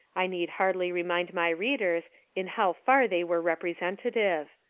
i need hardly remind my readers in how far they were representative.